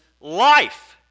life